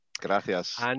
Gracias